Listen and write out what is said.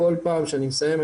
מחירים.